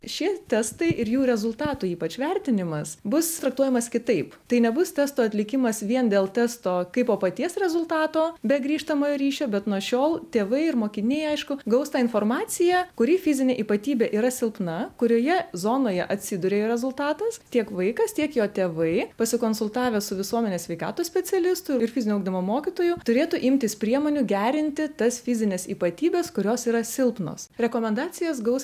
šie testai ir jų rezultatų ypač vertinimas bus traktuojamas kitaip tai nebus testo atlikimas vien dėl testo kaipo paties rezultato be grįžtamojo ryšio bet nuo šiol tėvai ir mokiniai aišku gaus tą informaciją kuri fizinė ypatybė yra silpna kurioje zonoje atsiduria jo rezultatas tiek vaikas tiek jo tėvai pasikonsultavę su visuomenės sveikatos specialistu ir fizinio ugdymo mokytoju turėtų imtis priemonių gerinti tas fizines ypatybes kurios yra silpnos rekomendacijas gaus